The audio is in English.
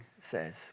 says